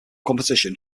competition